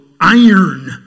iron